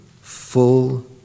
full